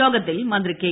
യോഗത്തിൽ മന്ത്രി കെ